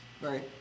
Right